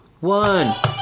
one